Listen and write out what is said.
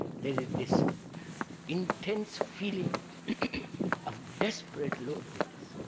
there is this intense feeling of desperate loneliness.